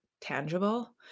tangible